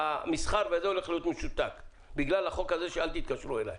המסחר הולך להיות משותק בגלל החוק הזה של: אל תתקשרו אליי.